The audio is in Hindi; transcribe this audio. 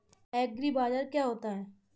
एग्रीबाजार क्या होता है?